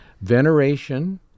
Veneration